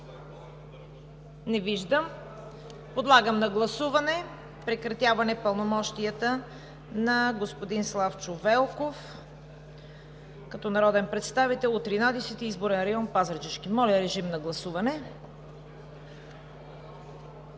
Не виждам. Подлагам на гласуване прекратяване пълномощията на господин Славчо Велков като народен представител от Тринадесети изборен район – Пазарджишки. Гласували